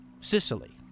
Sicily